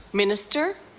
minister